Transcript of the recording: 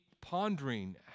pondering